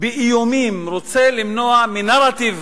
ובאיומים ולמנוע מנרטיב